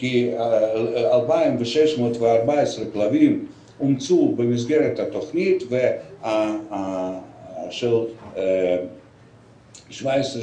כ-2,614 כלבים אומצו במסגרת התכנית בשנים 2017,